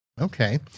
okay